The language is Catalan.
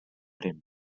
tremp